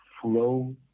flow